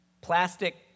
plastic